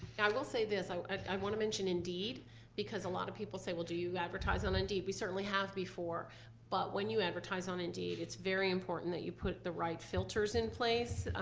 i will say this, i i want to mention indeed because a lot of people say well do you advertise on indeed? we certainly have before but when you advertise on indeed it's very important that you put the right filters in place,